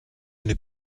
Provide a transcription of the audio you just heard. n’est